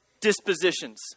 dispositions